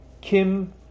Kim